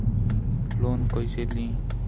Loan कईसे ली?